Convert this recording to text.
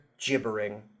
gibbering